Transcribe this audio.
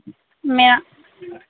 میں